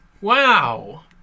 Wow